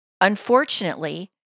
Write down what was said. Unfortunately